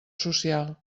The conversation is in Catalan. social